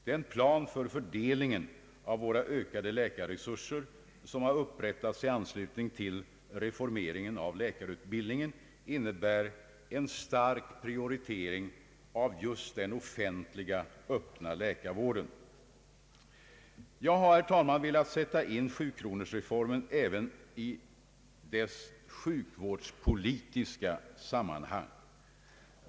Den plan för fördelningen av våra ökade läkarresurser som upprättats i anslutning till reformeringen av läkarutbildningen innebär en stark prioritering av just den offentliga öppna läkarvården. Jag har, herr talman, velat sätta in 7-kronorsreformen även i dess sjukvårdspolitiska sammanhang.